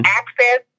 access